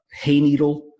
Hayneedle